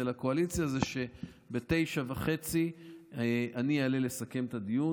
לקואליציה זה שב-09:30 אני אעלה לסכם את הדיון.